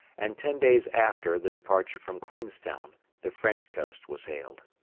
and ten days after the departure from queenstown the french coast was hailed.